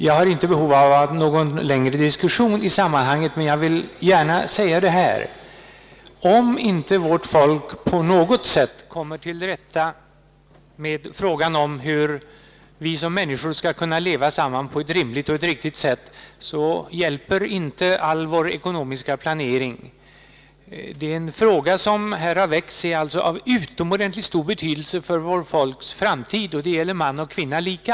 Jag har inte något behov av en längre diskussion i sammanhanget, men jag vill gärna säga följande. Om inte vårt folk på något sätt kommer till rätta med frågan om hur vi som människor skall kunna leva samman på ett rimligt och riktigt sätt, hjälper inte all vår ekonomiska planering. Den fråga som här har väckts är alltså av utomordentligt stor betydelse för vårt folks framtid. Den gäller man och kvinna lika.